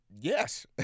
yes